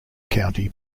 county